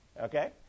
okay